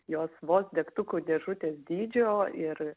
jos vos degtukų dėžutės dydžio ir